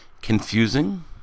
Confusing